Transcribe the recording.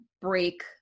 break